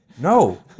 no